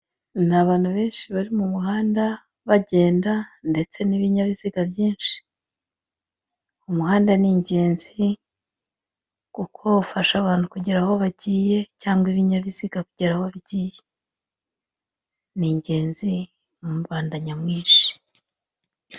Ni abantu benshi bari mu muhanda bagenda, ndetse n'ibinyabiziga byinshi, umuhanda ni ingezi kuko ufasha abantu kugera aho bagiye cyangwa ibinyabiziga kugera aho bigiye, ni ingenzi muri rubanda nyamwinshi